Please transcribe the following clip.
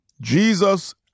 Jesus